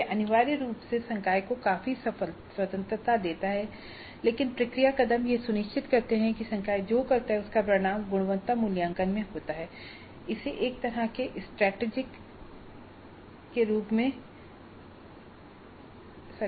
यह अनिवार्य रूप से है संकाय को काफी स्वतंत्रता देता है लेकिन प्रक्रिया कदम यह सुनिश्चित करते हैं कि संकाय जो करता है उसका परिणाम गुणवत्ता मूल्यांकन में होता है